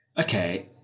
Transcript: okay